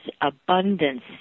abundance